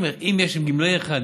אם יש גמלאי אחד,